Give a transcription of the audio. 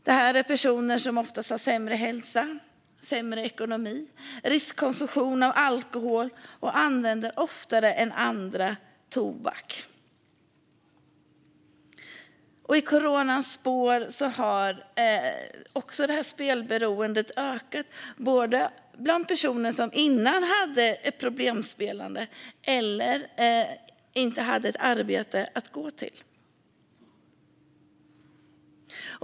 Det är personer som oftast har sämre hälsa och sämre ekonomi. De har riskkonsumtion av alkohol, och de använder oftare än andra tobak. I coronans spår har spelberoendet också ökat både bland personer som innan hade ett problemspelande och bland dem som inte hade ett arbete att gå till.